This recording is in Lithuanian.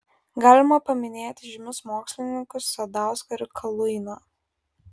galima paminėti žymius mokslininkus sadauską ir kaluiną